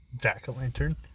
jack-o'-lantern